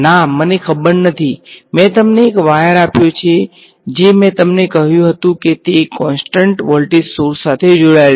ના મને ખબર નથી મેં તમને એક વાયર આપ્યો છે જે મેં તમને કહ્યું હતું કે તે કોન્સટ્ન્ટ વોલ્ટેજ સોર્સ સાથે જોડાયેલ છે